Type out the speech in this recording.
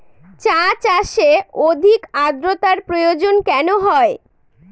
চা চাষে অধিক আদ্রর্তার প্রয়োজন কেন হয়?